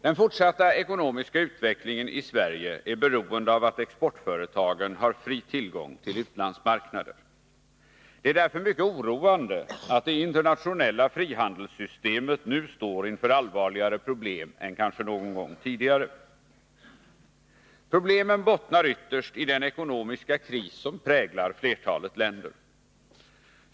Den fortsatta ekonomiska utvecklingen i Sverige är beroende av att exportföretagen har fri tillgång till utlandsmarknader. Det är därför mycket oroande att det internationella frihandelssystemet nu står inför allvarligare problem än kanske någon gång tidigare. Problemen bottnar ytterst i den ekonomiska kris som präglar flertalet länder.